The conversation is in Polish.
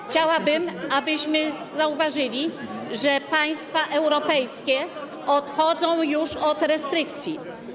Chciałabym, abyśmy zauważyli, że państwa europejskie odchodzą już od restrykcji.